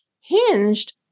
hinged